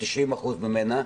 90% ממנה,